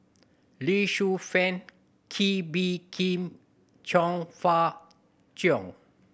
Lee Shu Fen Kee Bee Khim Chong Fah Cheong